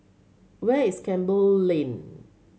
where is Campbell Lane